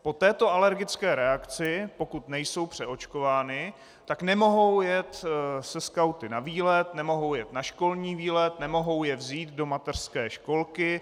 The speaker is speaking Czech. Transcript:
Po této alergické reakci, pokud nejsou přeočkovány, tak nemohou jet se skauty na výlet, nemohou jet na školní výlet, nemohou je vzít do mateřské školky.